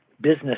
business